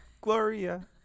Gloria